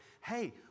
hey